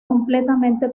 completamente